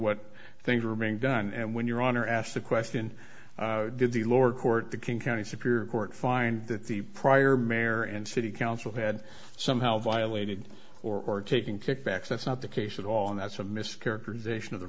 what things were being done and when your honor asked the question did the lower court the king county superior court find that the prior mayor and city council had somehow violated or taking kickbacks that's not the case at all and that's a mischaracterization of the